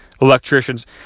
electricians